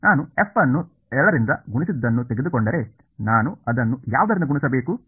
ನಾನು f ಅನ್ನು 2 ರಿಂದ ಗುಣಿಸಿದ್ದನ್ನು ತೆಗೆದುಕೊಂಡರೆ ನಾನು ಅದನ್ನು ಯಾವುದರಿಂದ ಗುಣಿಸಬೇಕು